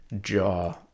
jaw